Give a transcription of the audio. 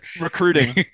Recruiting